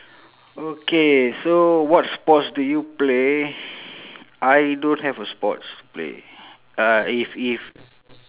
okay so what sports do you play I don't have a sports to play uh if if